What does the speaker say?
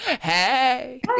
hey